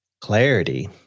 Clarity